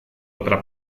otra